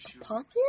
pocket